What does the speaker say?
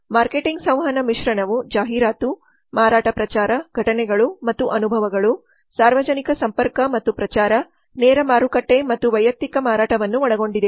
ಮಾರ್ಕೆಟಿಂಗ್ಸಂವಹನ ಮಿಶ್ರಣವು ಜಾಹೀರಾತು ಮಾರಾಟ ಪ್ರಚಾರ ಘಟನೆಗಳು ಮತ್ತು ಅನುಭವಗಳು ಸಾರ್ವಜನಿಕ ಸಂಪರ್ಕ ಮತ್ತು ಪ್ರಚಾರ ನೇರ ಮಾರುಕಟ್ಟೆ ಮತ್ತು ವೈಯಕ್ತಿಕ ಮಾರಾಟವನ್ನು ಒಳಗೊಂಡಿದೆ